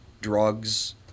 drugs